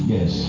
Yes